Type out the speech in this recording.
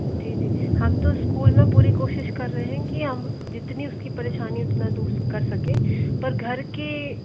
जी जी हम तो स्कूल में पूरी कोशिश कर रहे हैं कि हम जितनी उसकी परेशानी उतना दूर कर सकें पर घर के